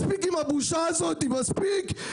מספיק עם הבושה הזאת, מספיק.